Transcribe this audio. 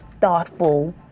thoughtful